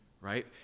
right